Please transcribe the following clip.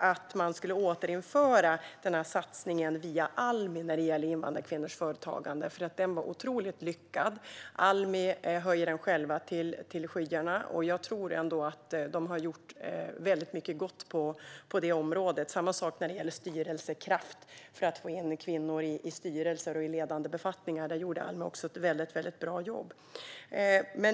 att man återinför satsningen via Almi när det gäller invandrarkvinnors företagande, för den var otroligt lyckad. På Almi höjer de den själva till skyarna, och jag tror att de har gjort väldigt mycket gott på det området. Samma sak är det när det gäller Styrelsekraft för att få in kvinnor i styrelser och på ledande befattningar. Där gjorde Almi också ett väldigt bra jobb.